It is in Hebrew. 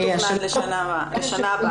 מה מתוכנן לשנה הבאה?